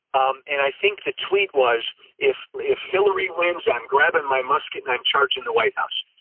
um and i think the tweet was if if hillary wins, i'm grabbing my musket and i'm charging the white house.